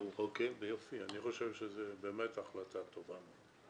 ויופי, אני חושב שזו באמת החלטה טובה מאוד.